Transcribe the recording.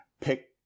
pick